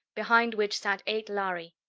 behind which sat eight lhari.